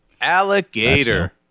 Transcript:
Alligator